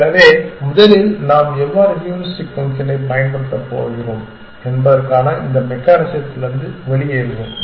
எனவே முதலில் நாம் எவ்வாறு ஹூரிஸ்டிக் ஃபங்க்ஷனை பயன்படுத்தப்போகிறோம் என்பதற்கான இந்த மெக்கானிசத்தி லிருந்து வெளியேறுவோம்